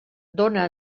dóna